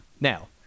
Now